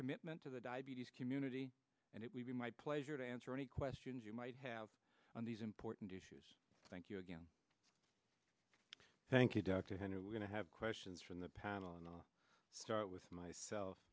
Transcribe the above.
commitment to the diabetes community and it would be my pleasure to answer any questions you might have on these important issues thank you again thank you dr hunter we're going to have questions from the panel and i'll start with myself